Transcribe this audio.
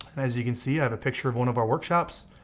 as you can see i have a picture of one of our workshops.